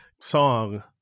song